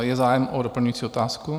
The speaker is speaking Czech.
Je zájem o doplňující otázku?